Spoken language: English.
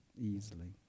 easily